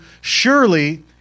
Surely